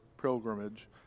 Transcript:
pilgrimage